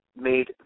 made